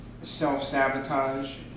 self-sabotage